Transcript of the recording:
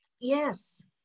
Yes